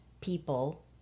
people